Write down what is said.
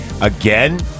Again